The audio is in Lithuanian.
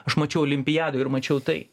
aš mačiau olimpiadoj ir mačiau tai